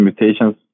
mutations